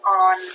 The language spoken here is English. on